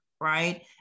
right